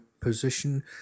position